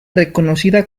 reconocida